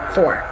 Four